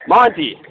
Monty